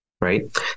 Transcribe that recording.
right